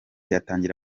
atangira